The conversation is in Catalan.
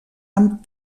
amb